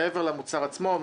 מעבר למוצר עצמו.